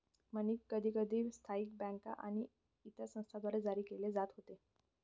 मनी कधीकधी स्थानिक बँका आणि इतर संस्थांद्वारे जारी केले जात होते